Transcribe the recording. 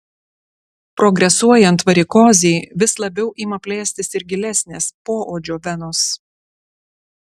progresuojant varikozei vis labiau ima plėstis ir gilesnės poodžio venos